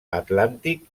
atlàntic